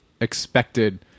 expected